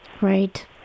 Right